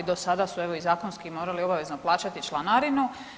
Do sada su evo i zakonski morali obavezno plaćati članarinu.